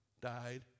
died